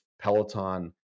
Peloton